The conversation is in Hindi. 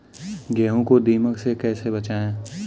गेहूँ को दीमक से कैसे बचाएँ?